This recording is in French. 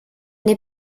n’ai